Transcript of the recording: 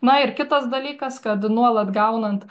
na ir kitas dalykas kad nuolat gaunant